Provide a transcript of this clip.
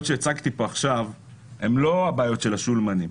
שהצגתי פה עכשיו הן לא הבעיות של ה"שולמנים",